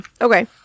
okay